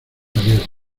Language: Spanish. abiertas